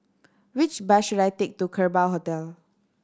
which bus should I take to Kerbau Hotel